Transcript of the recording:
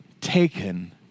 taken